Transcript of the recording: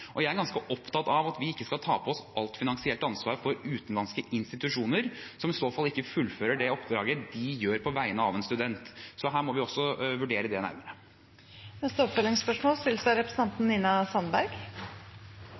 Jeg er ganske opptatt av at vi ikke skal ta på oss alt finansielt ansvar for utenlandske institusjoner, som i så fall ikke fullfører det oppdraget de har på vegne av en student. Her må vi også vurdere det nærmere. Det blir oppfølgingsspørsmål – Nina Sandberg.